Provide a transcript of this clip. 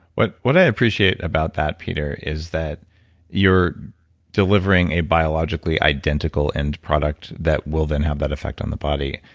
what what i appreciate about that, peter, is that you're delivering a biologically identical end product that will then have that effect on the body.